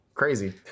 crazy